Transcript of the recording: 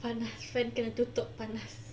panas fan kena tutup panas